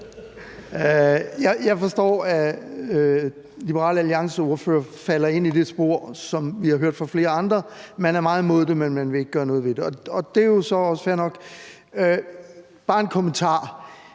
Jeg forstår, at Liberal Alliances ordfører falder ind i det spor, som vi har hørt fra flere andre: Man er meget imod det, men man vil ikke gøre noget ved det. Og det er jo så fair nok. Jeg har bare en kommentar: